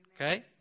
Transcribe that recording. Okay